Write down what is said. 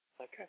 Okay